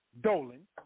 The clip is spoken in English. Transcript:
Dolan